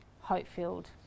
hope-filled